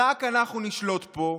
רק אנחנו נשלוט פה,